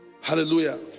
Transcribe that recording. Hallelujah